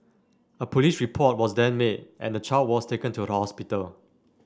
a police report was then made and the child was taken to the hospital